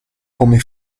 come